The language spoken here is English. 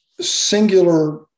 singular